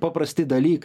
paprasti dalyk